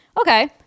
Okay